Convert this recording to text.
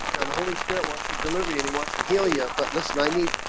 now the holy spirit wants to deliver you anyone helia, but listen i need